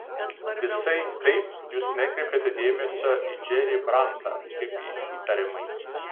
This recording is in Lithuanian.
visai taip pat jūs nekreipėte dėmesio į džerį brantą kaip į įtariamąjį